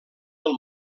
del